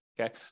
Okay